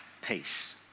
peace